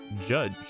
judge